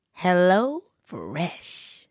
HelloFresh